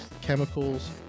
Chemicals